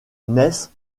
naissent